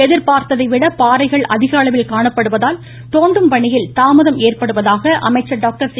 எதிர்பார்த்தைவிட பாறைகள் அதிகளவில் காணப்படுவதால் தோண்டும் பணியில் தாமதம் ஏற்படுவதாக அமைச்சர் டாக்டர் சி